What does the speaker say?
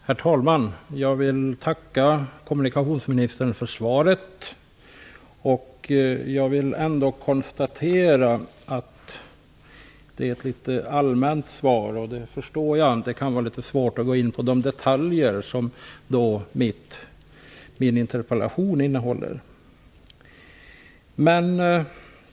Herr talman! Jag vill tacka kommunikationsministern för svaret. Jag vill ändå konstatera att svaret är litet allmänt. Det har jag förståelse för, eftersom det kan vara svårt att gå in på de detaljer som min interpellation innehåller.